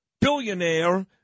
billionaire